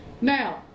Now